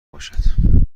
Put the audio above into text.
باشد